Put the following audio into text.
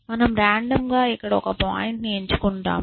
మనము రాండమ్గా ఇక్కడ ఒక పాయింట్ ని ఎంచుకుంటాము